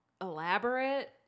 elaborate